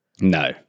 No